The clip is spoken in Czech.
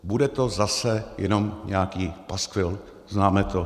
Bude to zase jenom nějaký paskvil, známe to.